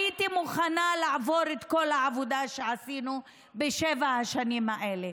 הייתי מוכנה לעבור את כל העבודה שעשינו בשבע השנים האלה.